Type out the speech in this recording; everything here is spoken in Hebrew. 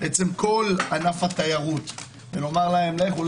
לכל ענף התיירות ולומר להם: לכו,